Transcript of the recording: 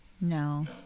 No